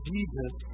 Jesus